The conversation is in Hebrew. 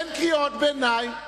אין קריאות ביניים.